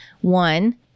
One